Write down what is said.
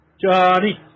Johnny